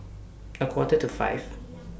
A Quarter to five